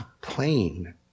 plain